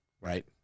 right